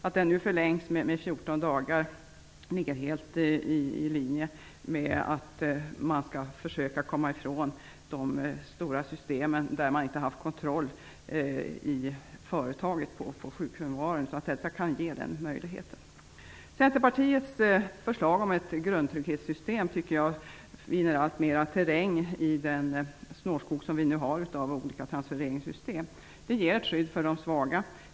Att perioden nu förlängs med 14 dagar ligger helt i linje med försöket att komma ifrån de stora system som inneburit att man inte haft kontroll över sjukfrånvaron i företaget. Detta kan ge den möjligheten. Centerpartiets förslag om ett grundtrygghetssystem vinner enligt min mening alltmer terräng. Det är en snårskog av olika transfereringssystem. Förslaget innebär ett skydd för de svaga.